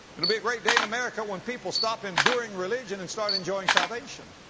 it'll be a great day in america when people stop enduring religion and start enjoying salvation.